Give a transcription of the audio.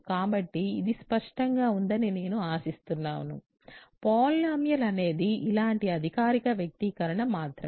కాబట్టి ఇది స్పష్టంగా ఉందని నేను ఆశిస్తున్నాను పాలినామియల్ అనేది ఇలాంటి అధికారిక వ్యక్తీకరణ మాత్రమే